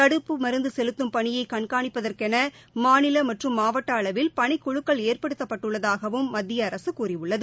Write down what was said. தடுப்பு மருந்து செலுத்தும் பணியை கண்காணிப்பதற்கென மாநில மற்றும் மாவட்ட அளவில் பணிக்குழுக்கள் ஏற்படுத்தப்பட்டுள்ளதாகவும் மத்திய அரசு கூறியுள்ளது